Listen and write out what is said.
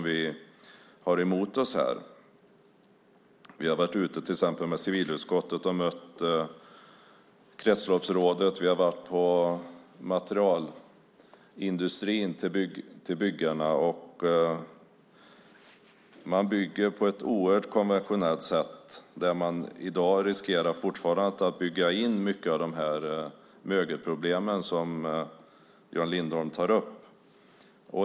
Vi har varit ute till exempel med civilutskottet och mött Kretsloppsrådet. Vi har varit i kontakt med materialindustrin som levererar till byggarna. Man bygger i dag på ett oerhört konventionellt sätt och riskerar fortfarande att bygga in mycket av de mögelproblem som Jan Lindholm tar upp.